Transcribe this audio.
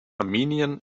armenian